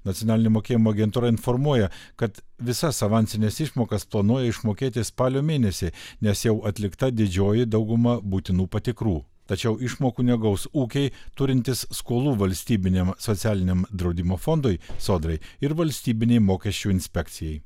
nacionalinė mokėjimo agentūra informuoja kad visas avansines išmokas planuoja išmokėti spalio mėnesį nes jau atlikta didžioji dauguma būtinų patikrų tačiau išmokų negaus ūkiai turintys skolų valstybiniam socialiniam draudimo fondui sodrai ir valstybinei mokesčių inspekcijai